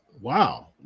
wow